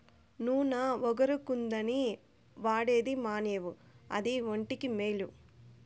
నూన ఒగరుగుందని వాడేది మానేవు అదే ఒంటికి మేలు